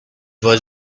was